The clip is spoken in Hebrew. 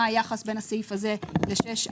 מה היחס בין הסעיף הזה ל-6(א).